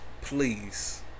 please